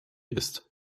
ist